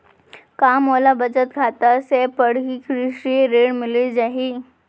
का मोला बचत खाता से पड़ही कृषि ऋण मिलिस जाही?